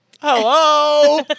Hello